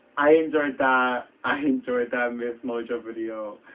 i enjoyed that. i enjoyed that miss mojo video.